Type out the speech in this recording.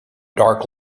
dark